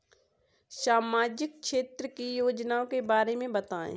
सामाजिक क्षेत्र की योजनाओं के बारे में बताएँ?